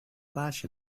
flash